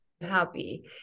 happy